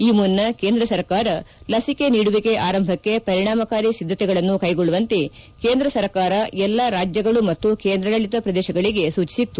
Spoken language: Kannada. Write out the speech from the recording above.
ಈ ಮುನ್ನ ಕೇಂದ್ರ ಸರ್ಕಾರ ಲಸಿಕೆ ನೀಡುವಿಕೆ ಆರಂಭಕ್ಕೆ ಪರಿಣಾಮಕಾರಿ ಸಿದ್ದತೆಗಳನ್ನು ಕ್ಕೆಗೊಳ್ಲುವಂತೆ ಕೇಂದ್ರ ಸರ್ಕಾರ ಎಲ್ಲ ರಾಜ್ಞಗಳು ಮತ್ತು ಕೇಂದ್ರಾಡಳಿತ ಪ್ರದೇಶಗಳಿಗೆ ಸೂಚಿಸಿತ್ತು